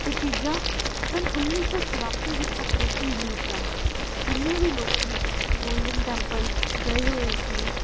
ਅਤੇ ਤੀਜਾ ਸੰਨ ਉੱਨੀ ਸੌ ਚੁਰਾਸੀ ਵਿੱਚ ਔਪਰੇਸ਼ਨ ਬਲੂ ਸਟਾਰ ਜਿੰਨੇ ਵੀ ਲੋਕ ਗੋਲਡਨ ਟੈਂਪਲ ਗਏ ਹੋਏ ਸੀ